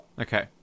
Okay